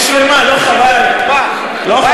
אתם הלכתם לבחירות כי לא הייתה לכם משילות,